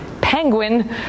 penguin